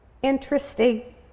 interesting